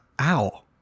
Ow